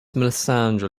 melissandre